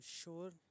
sure